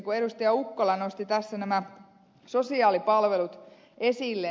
ukkola nosti tässä nämä sosiaalipalvelut esille